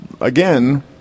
again